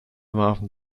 warfen